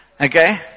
Okay